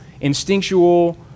instinctual